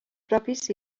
propis